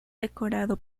decorado